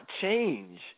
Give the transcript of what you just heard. change